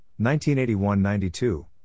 1981-92